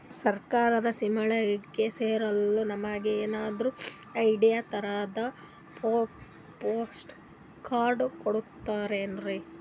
ಸರ್ಕಾರದ ಸ್ಕೀಮ್ಗಳಿಗೆ ಸೇರಲು ನಮಗೆ ಏನಾದ್ರು ಐ.ಡಿ ತರಹದ ಪ್ರೂಫ್ ಕಾರ್ಡ್ ಕೊಡುತ್ತಾರೆನ್ರಿ?